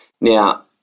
Now